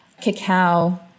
cacao